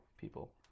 people